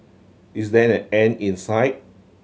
is there an end in sight